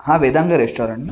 हां वेदांग रेस्टॉरंट ना